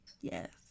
Yes